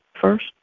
first